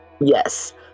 yes